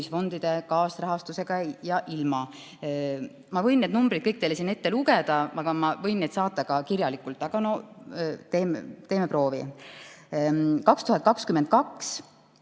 investeerimisfondide kaasrahastusega ja ilma." Ma võin kõik need numbrid teile siin ette lugeda, aga ma võin need saata ka kirjalikult. Aga no teeme proovi. 2022